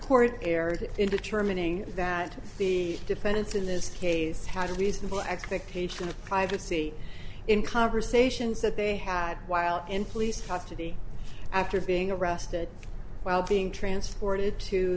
court erred in determining that the defendants in this case had a reasonable expectation of privacy in conversations that they had while in police custody after being arrested while being transported to